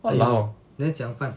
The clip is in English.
!aiyo! then 怎样办